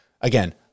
again